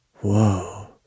whoa